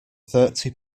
thirty